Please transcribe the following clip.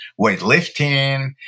weightlifting